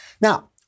Now